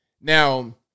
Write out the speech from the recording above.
Now